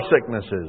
sicknesses